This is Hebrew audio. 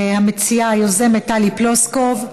המציעה היוזמת: טלי פלוסקוב,